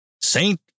Saint